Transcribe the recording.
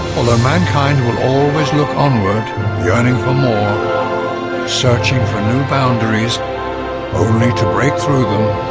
although mankind will always look onward yearning for more searching for new boundaries only to break through them